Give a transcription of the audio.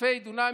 אלפי דונמים,